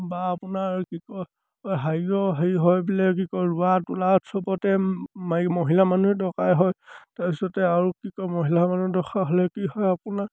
বা আপোনাৰ কি কয় হেৰিও হেৰি হয় বোলে কি কয় ৰোৱা তোলা চবতে মাৰি মহিলা মানুহে দৰকাৰ হয় তাৰপিছতে আৰু কি কয় মহিলা মানুহ দৰকাৰ হ'লে কি হয় আপোনাৰ